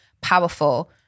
powerful